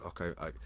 okay